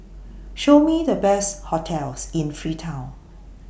Show Me The Best hotels in Freetown